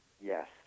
Yes